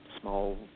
small